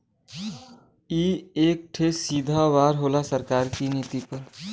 ई एक ठे सीधा वार होला सरकार की नीति पे